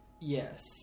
Yes